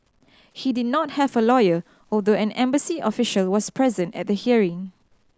he did not have a lawyer although an embassy official was present at the hearing